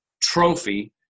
trophy